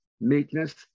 Meekness